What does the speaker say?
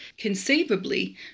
conceivably